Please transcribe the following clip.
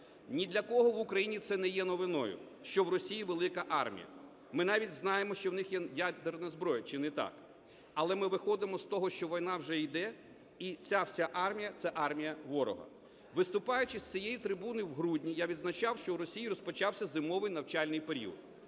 Ні для кого в Україні це не є новиною, що в Росії велика армія. Ми навіть знаємо, що в них є ядерна зброя, чи не так. Але ми виходимо з того, що війна вже йде і ця вся армія – це армія ворога. Виступаючи з цієї трибуни в грудні, я відзначав, що в Росії розпочався зимовий навчальний період,